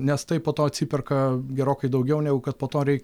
nes tai po to atsiperka gerokai daugiau negu kad po to reik